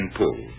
pull